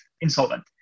insolvent